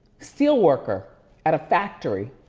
steel worker at a factory.